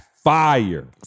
Fire